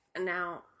Now